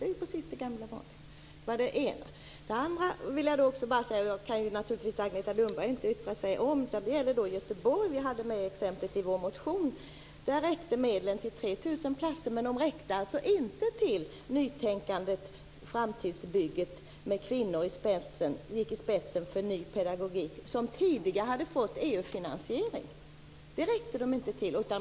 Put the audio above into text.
Det är precis det gamla vanliga. Agneta Lundberg kan naturligtvis inte yttra sig om Göteborg, men vi hade med det exemplet i vår motion. I Göteborg räckte medlen till 3 000 platser, men de räckte inte till nytänkandet och framtidsbygget då kvinnorna gick i spetsen för en ny pedagogik som tidigare hade finansierats via EU.